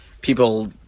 People